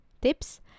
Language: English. tips